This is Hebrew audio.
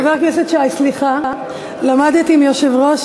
חבר הכנסת שי, סליחה, למדתי מיושב-ראש